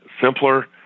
simpler